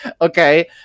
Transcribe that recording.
okay